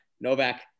Novak